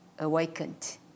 Awakened